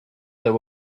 there